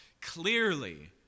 clearly